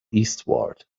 eastward